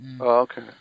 Okay